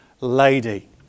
lady